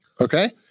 Okay